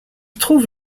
trouve